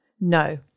no